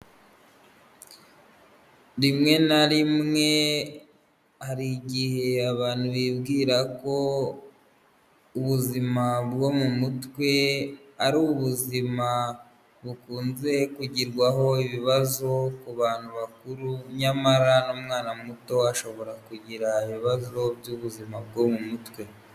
Rimwe na rimwe hari igihe abantu bibwira ko ubuzima bwo mu mutwe, ari ubuzima bukunze kugirwaho ibibazo ku bantu bakuru ,nyamara n'umwana muto ashobora kugira ibibazo by'ubuzima bwo mu mutwe.